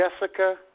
Jessica